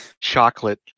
chocolate